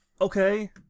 Okay